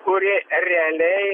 kuri realiai